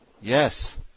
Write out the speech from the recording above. Yes